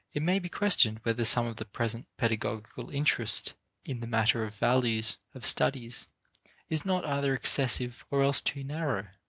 it may be questioned whether some of the present pedagogical interest in the matter of values of studies is not either excessive or else too narrow.